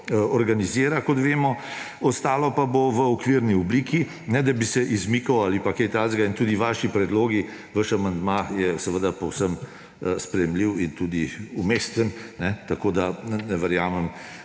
organizira, kot vemo; ostalo pa bo v okvirni obliki, ne da bi se izmikal ali kaj takega. In tudi vaši predlogi, vaš amandma je povsem sprejemljiv in tudi umesten, tako da ne verjamem,